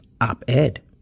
Op-Ed